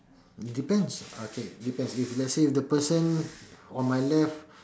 depends okay depends let's say if the person on my left